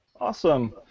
awesome